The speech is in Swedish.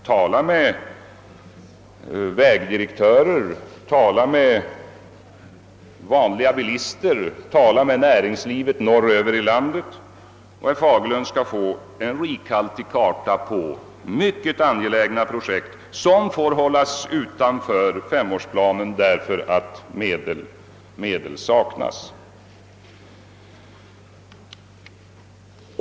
Tala med vägdirektörer, tala med vanliga bilister eller med representanter för näringslivet norröver i landet och herr Fagerlund skall få en rikhaltig karta på mycket angelägna projekt, som får hållas utanför femårsplanen därför att medel saknas.